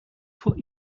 put